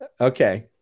Okay